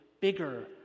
bigger